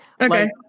Okay